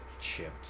chips